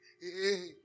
hey